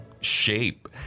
shape